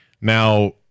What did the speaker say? Now